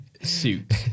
suit